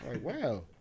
wow